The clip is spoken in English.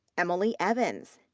emily evans,